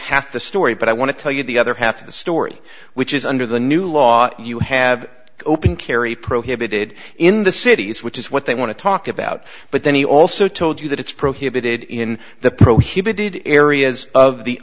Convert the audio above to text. half the story but i want to tell you the other half of the story which is under the new law you have open carry prohibited in the cities which is what they want to talk about but then he also told you that it's prohibited in the prohibited areas of the